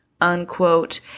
unquote